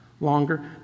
longer